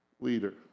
leader